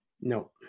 no